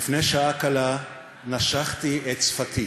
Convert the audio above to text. לפני שעה קלה נשכתי את שפתי